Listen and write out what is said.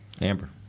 Amber